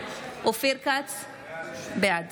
בעד